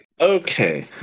Okay